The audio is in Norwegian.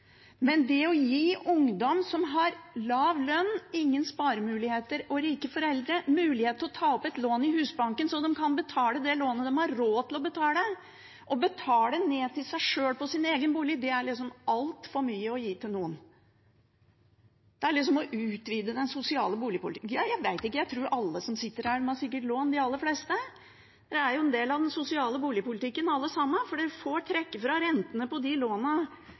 Men det å gi ungdom som har lav lønn, ingen sparemuligheter og ingen rike foreldre, muligheten til å ta opp et lån i Husbanken, slik at de kan betale det lånet de har råd til å betale, og betale ned til seg sjøl på sin egen bolig, det er liksom altfor mye å gi til noen. Det er liksom å utvide den sosiale boligpolitikken. Jeg vet ikke, men jeg tror alle som sitter her, sikkert har lån – de aller fleste. Dere er jo en del av den sosiale boligpolitikken, alle sammen, for dere får trekke fra rentene på